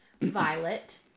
Violet